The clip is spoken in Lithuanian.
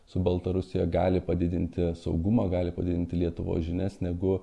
su baltarusija gali padidinti saugumą gali padidinti lietuvos žinias negu